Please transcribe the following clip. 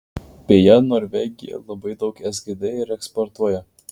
beje norvegija labai daug sgd ir eksportuoja